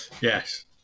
Yes